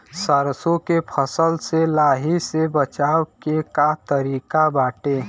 सरसो के फसल से लाही से बचाव के का तरीका बाटे?